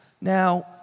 Now